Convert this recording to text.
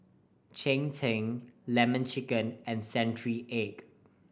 cheng tng Lemon Chicken and century egg